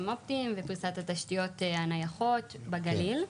אופטיים ופריסת התשתיות הנייחות בגליל.